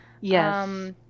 Yes